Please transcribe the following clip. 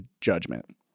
judgment